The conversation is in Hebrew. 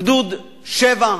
גדוד 66,